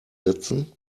setzen